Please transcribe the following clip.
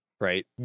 right